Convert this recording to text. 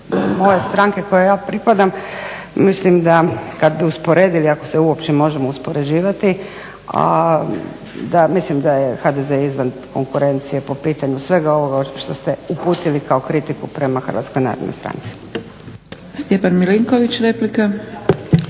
moje stranke kojoj ja pripadam, mislim da kada bi usporedili, ako se uopće možemo uspoređivati, a da, mislim da je HDZ izvan konkurencije po pitanju svega ovoga što ste uputili kao kritiku prema Hrvatskoj narodnoj stranci.